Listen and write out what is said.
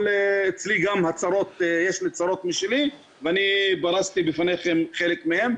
אבל אצלי גם יש לי צרות משלי ואני פרסתי בפניכם חלק מהן.